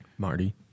Marty